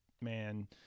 man